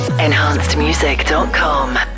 enhancedmusic.com